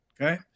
okay